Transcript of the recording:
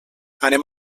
anem